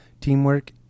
teamwork